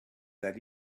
that